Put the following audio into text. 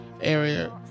area